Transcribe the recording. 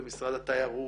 משרד התיירות,